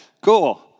Cool